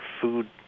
food